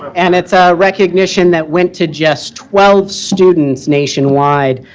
and it's a recognition that went to just twelve students nationwide.